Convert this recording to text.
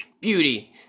beauty